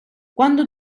quando